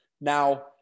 Now